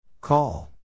Call